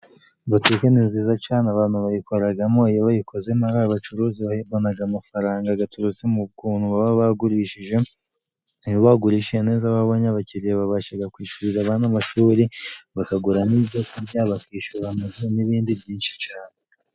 Botike ni nziza cane abantu bayikoreragamo, iyo bayikozemo abacuruzi babonaga amafaranga gaturutse mu kuntu baba bagurishije, iyo bagurishije neza babonye abakiriyaya babashaga kwishyurira abana amashuri, bakaguramo ibyo kurya, bakishyura amazu n'ibindi byinshi cyane.